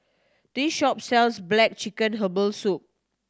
this shop sells black chicken herbal soup